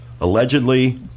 allegedly